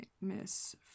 Miss